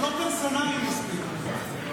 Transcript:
זה לא פרסונלי מספיק.